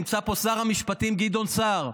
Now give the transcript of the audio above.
נמצא פה שר המשפטים גדעון סער.